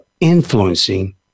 influencing